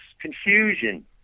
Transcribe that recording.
confusion